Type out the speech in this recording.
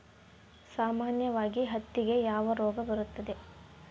ಸಾಮಾನ್ಯವಾಗಿ ಹತ್ತಿಗೆ ಯಾವ ರೋಗ ಬರುತ್ತದೆ?